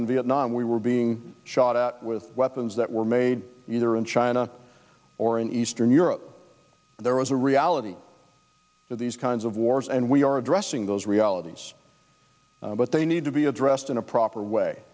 in vietnam we were being shot at with weapons that were made either in china or in eastern europe there was a reality of these kinds of wars and we are addressing those realities but they need to be addressed in a proper way